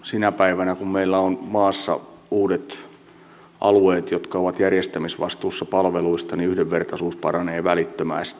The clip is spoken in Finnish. sinä päivänä kun meillä on maassa uudet alueet jotka ovat järjestämisvastuussa palveluista yhdenvertaisuus paranee välittömästi